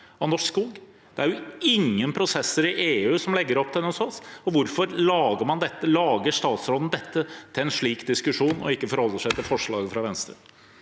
Det er jo ingen prosesser i EU som legger opp til noe sånt. Hvorfor lager statsråden dette til en slik diskusjon? Hvorfor forholder han seg ikke til forslaget fra Venstre?